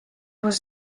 was